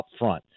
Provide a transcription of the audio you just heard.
upfront